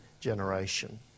generation